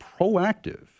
proactive